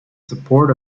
support